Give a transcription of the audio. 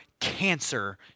cancer